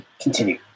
continue